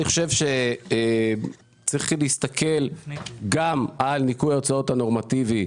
אני חושב שצריך להסתכל גם על ניכוי ההוצאות הנורמטיבי.